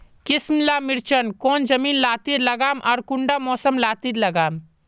किसम ला मिर्चन कौन जमीन लात्तिर लगाम आर कुंटा मौसम लात्तिर लगाम?